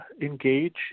engage